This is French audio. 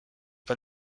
pas